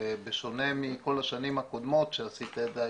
ובשונה מכל השנים הקודמות שעשית את זה,